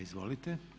Izvolite.